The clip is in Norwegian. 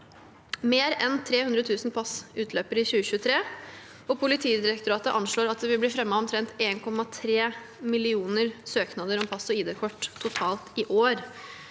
Mer enn 300 000 pass utløper i 2023, og Politidirektoratet anslår at det vil bli fremmet omtrent 1,3 millioner søknader om pass og ID-kort totalt i år.